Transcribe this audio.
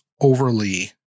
overly